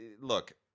Look